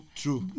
true